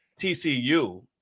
TCU